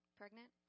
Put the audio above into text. pregnant